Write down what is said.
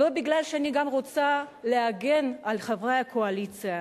גם לא מפני שאני רוצה להגן על חברי הקואליציה.